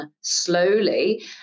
slowly